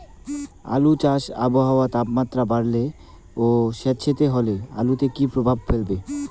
আলু চাষে আবহাওয়ার তাপমাত্রা বাড়লে ও সেতসেতে হলে আলুতে কী প্রভাব ফেলবে?